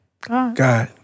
God